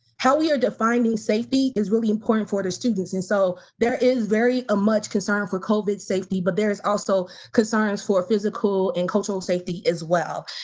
how we're defining safety is really important for the students. and so there is very ah much a concern for covid safety but there's also concerns for physical and cultural safety as well.